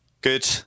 good